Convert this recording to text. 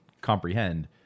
comprehend